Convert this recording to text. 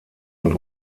und